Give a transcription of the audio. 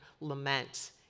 lament